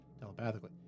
telepathically